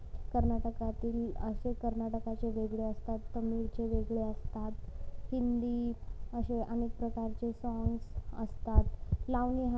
कर्नाटकातील असे कर्नाटकाचे वेगळे असतात तमिळचे वेगळे असतात हिंदी असे अनेक प्रकारचे साँग्स असतात लावणी हा